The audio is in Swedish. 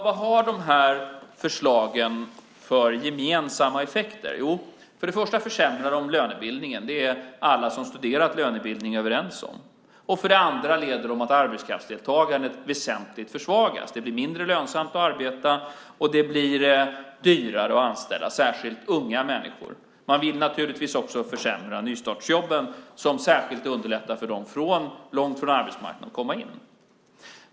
Vad har dessa förslag för gemensamma effekter? För det första försämrar de lönebildningen. Det är alla som studerat lönebildning överens om. För det andra leder de till att arbetskraftsdeltagandet väsentligt försvagas. Det blir mindre lönsamt att arbeta, och det blir dyrare att anställa, särskilt unga människor. Man vill naturligtvis också försämra nystartsjobben som särskilt underlättar för dem som står långt från arbetsmarknaden att komma in.